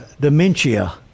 dementia